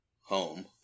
home